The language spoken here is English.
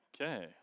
Okay